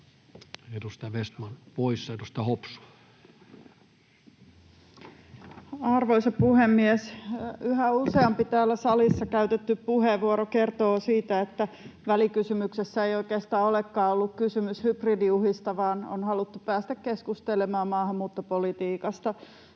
Edustaja Vestman poissa. — Edustaja Hopsu. Arvoisa puhemies! Yhä useampi täällä salissa käytetty puheenvuoro kertoo siitä, että välikysymyksessä ei oikeastaan olekaan ollut kysymys hybridiuhista vaan on haluttu päästä keskustelemaan maahanmuuttopolitiikasta.